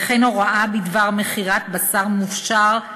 וכן הוראה בדבר מכירת בשר מופשר,